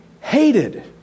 hated